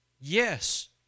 yes